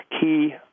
key